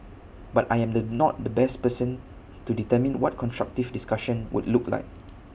but I am the not the best person to determine what constructive discussion would look like